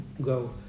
go